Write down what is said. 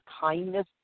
kindness